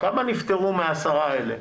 כמה נפטרו מה-10 האלה?